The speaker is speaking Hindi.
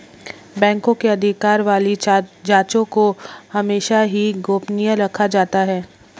बैंकों के अधिकार वाली जांचों को हमेशा ही गोपनीय रखा जाता है